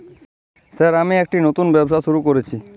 Sir আমি একটি নতুন ব্যবসা শুরু করেছি?